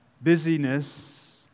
Busyness